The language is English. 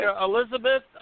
Elizabeth